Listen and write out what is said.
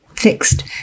fixed